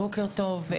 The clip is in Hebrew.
בוקר טוב.